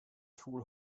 two